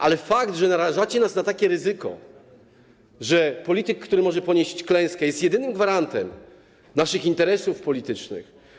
Ale faktem jest, że narażacie nas na takie ryzyko, że polityk, który może ponieść klęskę, jest jedynym gwarantem naszych interesów politycznych.